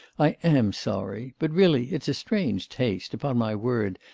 i am sorry. but really it's a strange taste, upon my word,